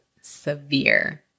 severe